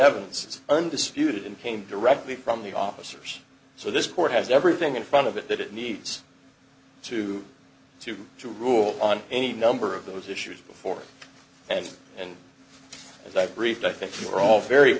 evidence is undisputed and came directly from the officers so this court has everything in front of it that it needs to to to rule on any number of those issues before and and as i briefed i think you are all very